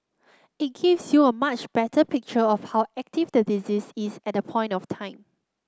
it gives you a much better picture of how active the disease is at that point of time